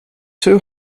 two